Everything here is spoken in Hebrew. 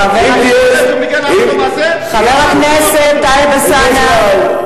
חבר הכנסת טלב אלסאנע.